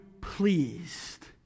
pleased